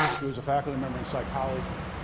who is a faculty member in psychology.